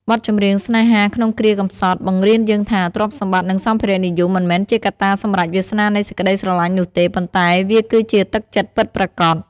បទចម្រៀង "ស្នេហាក្នុងគ្រាកម្សត់" បង្រៀនយើងថា ទ្រព្យសម្បត្តិ និងសម្ភារៈនិយម មិនមែនជាកត្តាសម្រេចវាសនានៃសេចក្តីស្រឡាញ់នោះទេ ប៉ុន្តែវាគឺជាទឹកចិត្តពិតប្រាកដ។